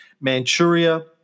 Manchuria